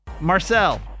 Marcel